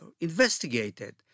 investigated